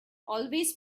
always